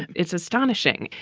it's astonishing.